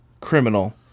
criminal